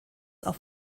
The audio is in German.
auf